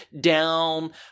down